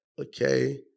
okay